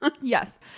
yes